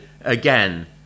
again